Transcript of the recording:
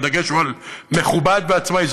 והדגש הוא על מכובד ועצמאי.